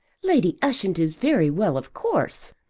lady ushant is very well of course.